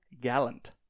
Gallant